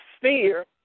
fear